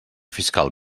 fiscal